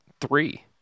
three